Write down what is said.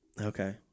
Okay